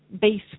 base